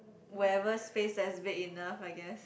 where ever space that is big enough I guess